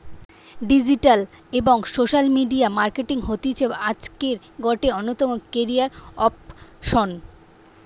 digital এবং social media marketing হতিছে আজকের গটে অন্যতম ক্যারিয়ার অপসন